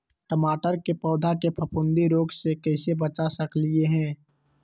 टमाटर के पौधा के फफूंदी रोग से कैसे बचा सकलियै ह?